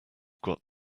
got